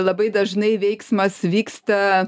labai dažnai veiksmas vyksta